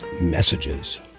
messages